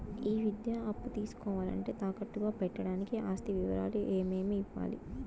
ఈ విద్యా అప్పు తీసుకోవాలంటే తాకట్టు గా పెట్టడానికి ఆస్తి వివరాలు ఏమేమి ఇవ్వాలి?